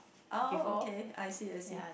oh okay I see I see